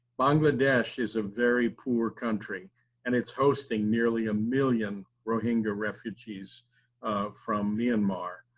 bangladesh is a very poor country and it's hosting nearly a million rohingya refugees from myanmar.